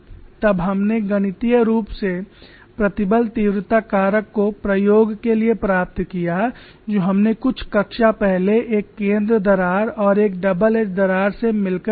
तब हमने गणितीय रूप से प्रतिबल तीव्रता कारक को प्रयोग के लिए प्राप्त किया जो हमने कुछ कक्षा पहले एक केंद्र दरार और एक डबल एज दरार से मिलकर किया था